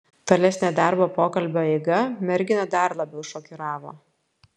tolesnė darbo pokalbio eiga merginą dar labiau šokiravo